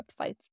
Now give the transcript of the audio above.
websites